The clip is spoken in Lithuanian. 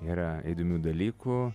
yra įdomių dalykų